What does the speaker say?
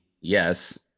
yes